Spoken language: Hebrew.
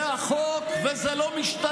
זה החוק, וזה לא משתנה.